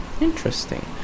Interesting